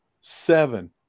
seven